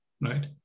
right